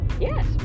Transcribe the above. yes